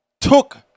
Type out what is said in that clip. took